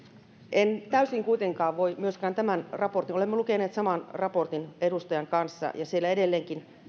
en täysin kuitenkaan voi myöskään tämän raportin olemme lukeneet saman raportin edustajan kanssa ja siellä edelleenkin